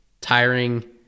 tiring